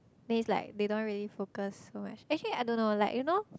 means like they don't really focus so much actually I don't know like you know